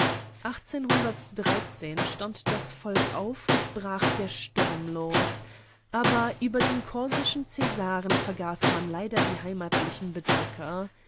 stand das volk auf und brach der sturm los aber über dem korsischen cäsaren vergaß man leider die heimatlichen bedrücker